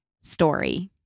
story